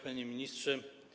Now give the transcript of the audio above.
Panie Ministrze!